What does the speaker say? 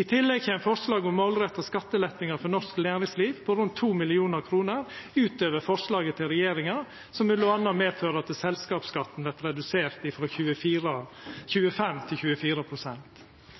I tillegg kjem forslag om målretta skattelettar for norsk næringsliv på rundt 2 mill. kr utover forslaget til regjeringa, som m.a. medfører at selskapsskatten vert redusert frå 25 til